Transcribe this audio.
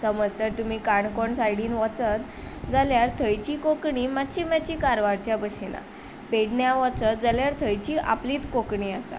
समज तर तुमी काणकोण सायडीन वचत जाल्यार थंयची कोंकणी मातशी मातशी कारवारच्या भशेन आहा पेडण्या वचत जाल्यार थंयची आपलीत कोंकणी आसा